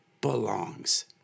belongs